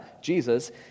Jesus